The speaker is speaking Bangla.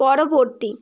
পরবর্তী